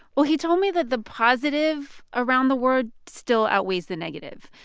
well, he told me that the positive around the word still outweighs the negative.